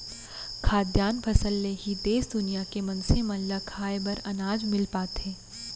खाद्यान फसल ले ही देस दुनिया के मनसे मन ल खाए बर अनाज मिल पाथे